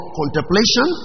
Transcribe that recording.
contemplation